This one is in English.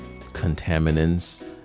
contaminants